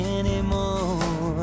anymore